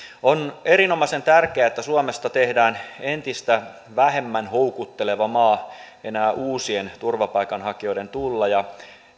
on erinomaisen tärkeää että suomesta tehdään entistä vähemmän houkutteleva maa enää uusien turvapaikanhakijoiden tulla ja